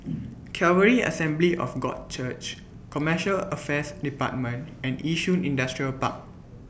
Calvary Assembly of God Church Commercial Affairs department and Yishun Industrial Park